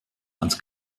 ans